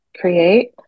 create